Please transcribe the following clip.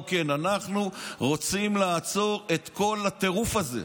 אנחנו רוצים לעצור את כל הטירוף הזה,